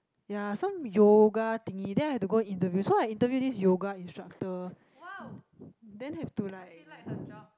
ya some yoga thingy then I have to go interview so I interview this yoga instructor then have to like